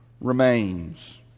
remains